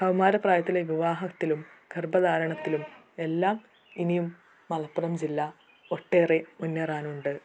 കൗമാരപ്രായത്തിലെ വിവാഹത്തിലും ഗർഭധാരണത്തിലും എല്ലാം ഇനിയും മലപ്പുറം ജില്ല ഒട്ടേറെ മുന്നേറാനുണ്ട്